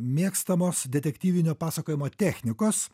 mėgstamos detektyvinio pasakojimo technikos